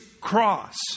cross